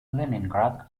leningrad